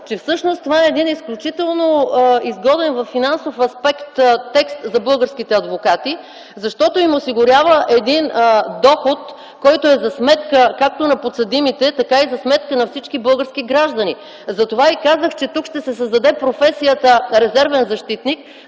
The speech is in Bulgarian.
че всъщност това е един изключително изгоден във финансов аспект текст за българските адвокати, защото им осигурява един доход, който е за сметка както на подсъдимите, така и на всички български граждани. Затова и казах, че тук ще се създаде професията „резервен защитник”,